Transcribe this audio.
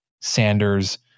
Sanders